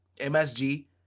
MSG